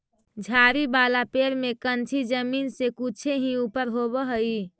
झाड़ी वाला पेड़ में कंछी जमीन से कुछे ही ऊपर होवऽ हई